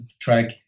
track